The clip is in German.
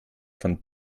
von